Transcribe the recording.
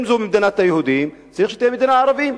אם זו מדינת היהודים, צריך שתהיה מדינת ערבים.